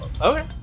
Okay